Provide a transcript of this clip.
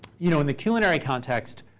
you know, in the culinary context,